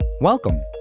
welcome